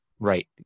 Right